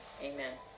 Amen